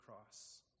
cross